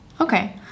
okay